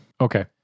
Okay